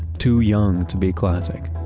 too young to be classic.